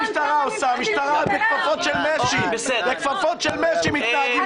המשטרה -- -בכפפות של משי, בכפפות של משי מתנהגים